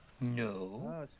No